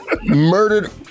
murdered